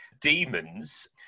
demons